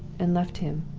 and left him.